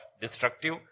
Destructive